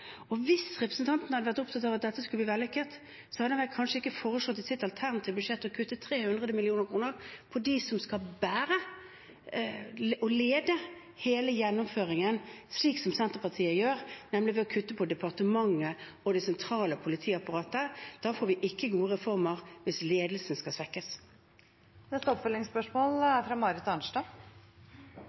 Hvis representanten hadde vært opptatt av at dette skulle bli vellykket, ville han kanskje ikke i sitt alternative budsjett ha foreslått å kutte 300 mill. kr til dem som skal bære og lede hele gjennomføringen, slik Senterpartiet gjør, nemlig ved å kutte for departementet og det sentrale politiapparatet. Vi får ikke gode reformer hvis ledelsen skal svekkes. Det blir oppfølgingsspørsmål – først Marit Arnstad.